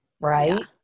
Right